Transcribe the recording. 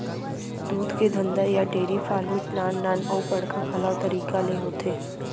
दूद के धंधा या डेरी फार्मिट नान नान अउ बड़का घलौ तरीका ले होथे